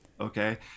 Okay